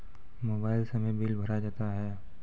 Mobile से भी bill भरा जाता हैं?